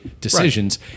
decisions